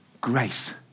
grace